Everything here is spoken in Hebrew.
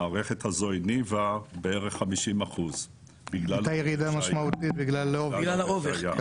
המערכת הזו הניבה בערך 50% -- הייתה ירידה משמעותית בגלל האובך.